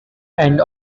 end